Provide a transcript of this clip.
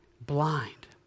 blind